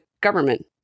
government